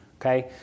Okay